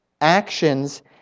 actions